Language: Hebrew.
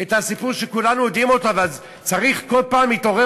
את הסיפור שכולנו יודעים אבל צריך כל פעם להתעורר